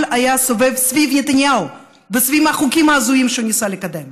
היה סביב נתניהו וסביב החוקים ההזויים שהוא ניסה לקדם.